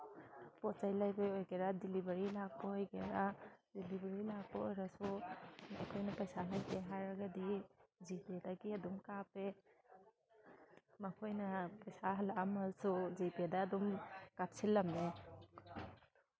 ꯄꯣꯠ ꯆꯩ ꯂꯩꯕꯒꯤ ꯑꯣꯏꯒꯦꯔꯥ ꯗꯤꯂꯤꯕꯔꯤ ꯂꯥꯛꯄ ꯑꯣꯏꯒꯦꯔꯥ ꯂꯥꯛꯄ ꯑꯣꯏꯔꯁꯨ ꯃꯣꯏꯅ ꯄꯩꯁꯥ ꯀꯔꯤ ꯀꯔꯤ ꯍꯥꯏꯔꯒꯗꯤ ꯖꯤ ꯄꯦꯗꯒꯤ ꯑꯗꯨꯝ ꯀꯥꯞꯄꯦ ꯃꯈꯣꯏꯅ ꯄꯩꯁꯥ ꯍꯜꯂꯛꯑꯝꯃꯁꯨ ꯖꯤ ꯄꯦꯗ ꯑꯗꯨꯝ ꯀꯥꯞꯁꯤꯜꯂꯝꯃꯦ